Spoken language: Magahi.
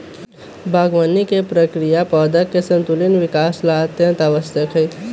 बागवानी के प्रक्रिया पौधवन के संतुलित विकास ला अत्यंत आवश्यक हई